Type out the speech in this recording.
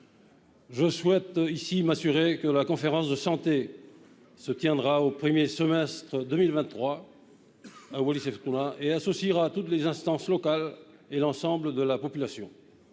Je souhaite ici m'assurer que la conférence de santé se tiendra au premier semestre 2023 à Wallis-et-Futuna et qu'elle associera toutes les instances locales et l'ensemble de la population.